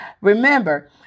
Remember